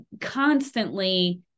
constantly